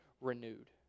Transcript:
renewed